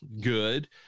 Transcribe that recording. Good